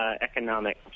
economic